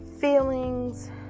Feelings